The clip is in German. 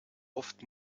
oft